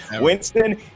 Winston